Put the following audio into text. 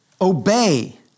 obey